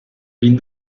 bin